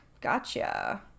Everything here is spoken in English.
Gotcha